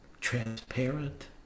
transparent